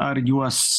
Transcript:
ar juos